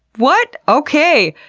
what? okay!